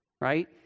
Right